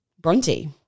Bronte